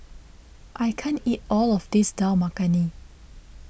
I can't eat all of this Dal Makhani